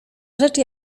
rzecz